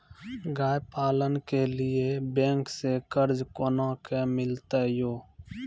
गाय पालन के लिए बैंक से कर्ज कोना के मिलते यो?